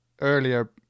earlier